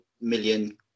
million